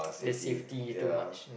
safety ya